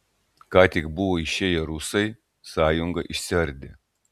ką tik buvo išėję rusai sąjunga išsiardė